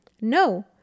No